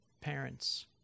parents